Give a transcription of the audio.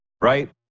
right